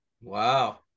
Wow